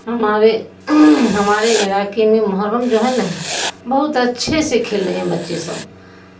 ہمارے ہمارے علاقے میں محرم جو ہے نا بہت اچھے سے کھیل رہے ہیں بچے سب